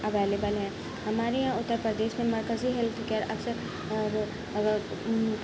available ہیں ہمارے یہاں اتر پردیش میں مرکزی ہیلتھ کیئر اکثر